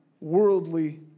worldly